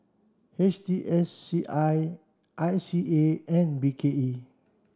H T S C I I C A and B K E